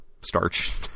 starch